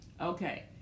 Okay